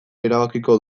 erabakiko